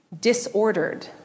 disordered